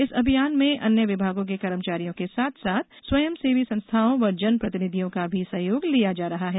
इस अभियान में अन्य विभागों के कर्मचारियो के साथ साथ स्वयंसेवी संस्थाओं व जन प्रतिनिधियो का भी सहयोग लिया जा रहा है